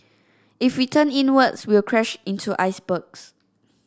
if we turn inwards we'll crash into icebergs